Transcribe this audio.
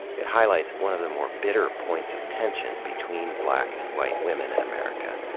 it highlights one of the more bitter points of tension between black and white women in america,